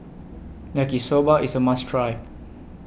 Yaki Soba IS A must Try